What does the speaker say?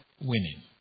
winning